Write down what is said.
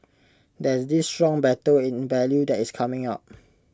there is this strong battle in value that is coming up